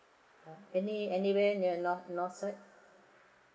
any anywhere near north north side